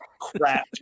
crap